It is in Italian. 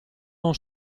non